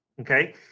Okay